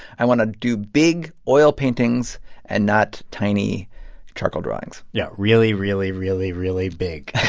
i want to do big oil paintings and not tiny charcoal drawings yeah really, really, really, really big